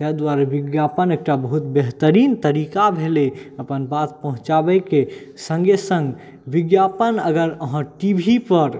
ताहि दुआरे विज्ञापन एकटा बहुत बेहतरीन तरीका भेलै अपन बात पहुॅंचाबै के संगे संग विज्ञापन अगर अहाँ पीढ़ी पर